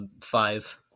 five